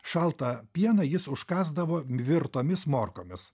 šaltą pieną jis užkąsdavo virtomis morkomis